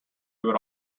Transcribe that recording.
would